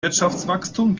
wirtschaftswachstum